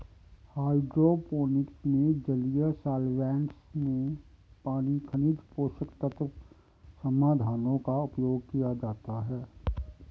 hydroponics में जलीय solvents में पानी खनिज पोषक तत्व समाधानों का उपयोग किया जाता है